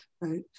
right